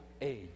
age